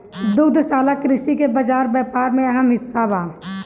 दुग्धशाला कृषि के बाजार व्यापार में अहम हिस्सा बा